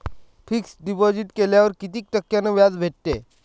Fix deposit केल्यावर कितीक टक्क्यान व्याज भेटते?